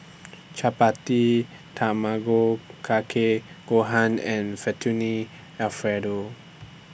Chapati Tamago Kake Gohan and Fettuccine Alfredo